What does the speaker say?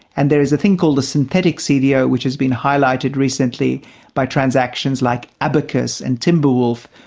and there is a thing called the synthetic cdo, which has been highlighted recently by transactions like abacus and timberwolf,